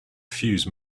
fuse